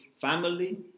family